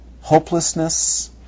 hopelessness